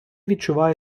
відчуває